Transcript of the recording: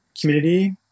community